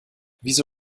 wieso